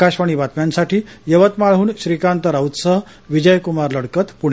आकाशवाणी बातम्यांसाठी यवतमाळहन श्रीकांत राऊत सह विजयकुमार लडकत पुणे